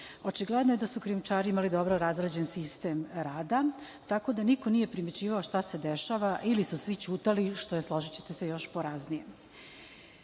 Očigledno je da su krijumčari imali dobro razrađen sistem rada tako da niko nije primećivao šta se dešava ili su svi ćutali, što je složićete se još poraznije. Ova